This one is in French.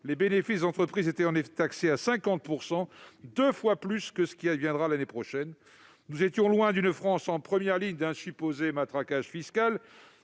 les bénéfices d'entreprise étaient en effet taxés à 50 %, soit deux fois plus que le taux qui s'appliquera l'année prochaine. Nous étions loin d'une France en première ligne d'un supposé matraquage fiscal,